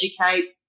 educate